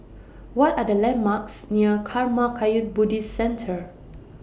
What Are The landmarks near Karma Kagyud Buddhist Centre